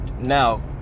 now